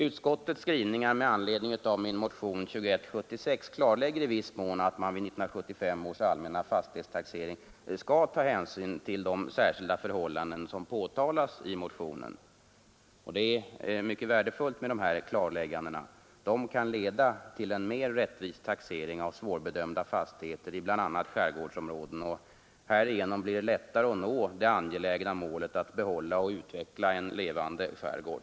Utskottets skrivning med anledning av min motion nr 2176 klarlägger i viss mån att man vid 1975 års allmänna fastighetstaxering skall ta hänsyn till de särskilda förhållanden som påtalas i motionen. Det är mycket värdefullt med dessa klarlägganden. Det kan leda till en mer rättvis taxering av svårbedömda fastigheter i bl.a. skärgårdsområden. Härigenom blir det lättare att nå det angelägna målet att behålla och utveckla en levande skärgård.